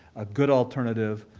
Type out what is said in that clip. a good alternative,